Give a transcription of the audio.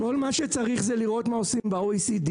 כל מה שצריך זה לראות מה עושים ב-OECD,